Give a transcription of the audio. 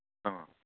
ꯑ